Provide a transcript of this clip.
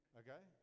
okay